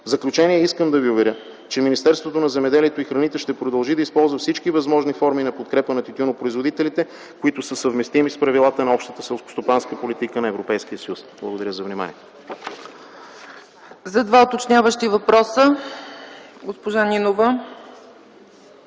В заключение искам да ви уверя, че Министерството на земеделието и храните ще продължи да използва всички възможни форми на подкрепа на тютюнопроизводителите, които са съвместими с правилата на общата селскостопанска политика на Европейския съюз. Благодаря за вниманието. ПРЕДСЕДАТЕЛ ЦЕЦКА ЦАЧЕВА: За два уточняващи въпроса – госпожа Нинова.